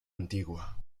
antigua